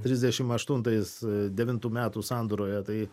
trisdešimt aštuntais devintų metų sandūroje tai